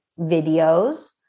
videos